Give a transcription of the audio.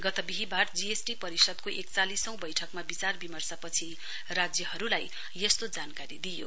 गत विहीवार जीएसटी परिषदको एकचालिसौं वैठकमा विचारविर्मश पछि राज्यहरुलाई यस्तो जानकारी दिइयो